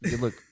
Look